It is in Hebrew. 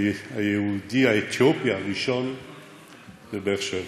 היהודי האתיופי הראשון בבאר-שבע.